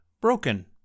broken